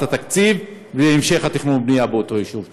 התקציב והמשך התכנון והבנייה באותו יישוב.